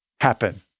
happen